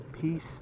peace